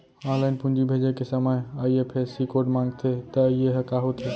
Online पूंजी भेजे के समय आई.एफ.एस.सी कोड माँगथे त ये ह का होथे?